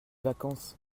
vacances